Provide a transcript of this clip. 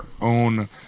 own